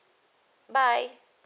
bye